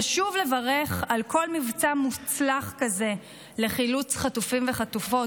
חשוב לברך על כל מבצע מוצלח כזה לחילוץ חטופים וחטופות,